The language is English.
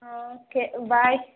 okay bye